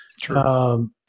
True